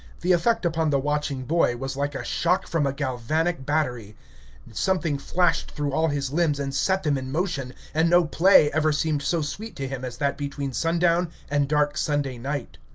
the effect upon the watching boy was like a shock from a galvanic battery something flashed through all his limbs and set them in motion, and no play ever seemed so sweet to him as that between sundown and dark sunday night.